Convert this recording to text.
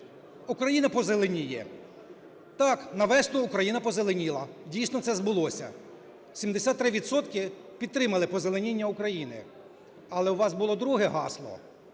Україна позеленіє. Так, на весну Україна позеленіла. Дійсно, це збулося. 73 відсотки підтримали позеленіння України. Але у вас було друге гасло: